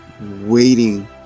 waiting